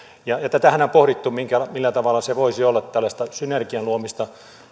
tätähän on pohdittu millä tavalla se voisi olla tällaista synergian luomista